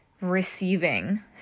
receiving